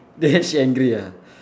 then she angry ah